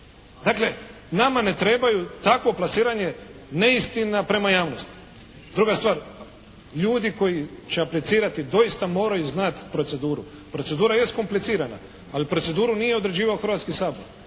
Dakle nama ne treba takvo plasiranje neistina prema javnosti. druga stvar ljudi koji će aplicirati doista moraju znati proceduru. Procedura jest komplicirana, ali proceduru nije određivao Hrvatski sabor.